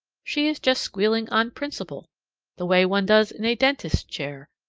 she is just squealing on principle the way one does in a dentist's chair,